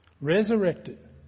resurrected